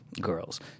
girls